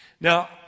Now